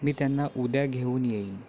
मी त्यांना उद्या घेऊन येईन